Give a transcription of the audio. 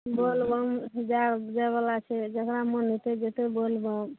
बोलबम जाए जाएवला छै जकरा मोन हेतै जएतै बोलबम